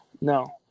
no